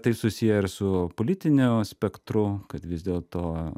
tai susiję ir su politiniu spektru kad vis dėlto